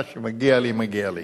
מה שמגיע לי, מגיע לי.